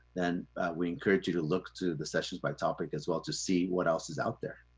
then we encourage you to look to the sessions by topic as well to see what else is out there.